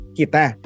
kita